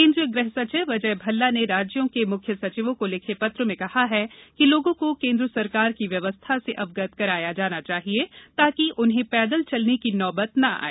केन्द्रीय गृहसचिव अजय भल्ला ने राज्यों के मुख्य सचिवों को लिखे पत्र में कहा है कि लोगों को केन्द्र सरकार की व्यवस्था से अवगत कराया जाना चाहिए ताकि उन्हें पैदल चलने की नौबत न आए